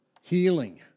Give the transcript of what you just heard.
healing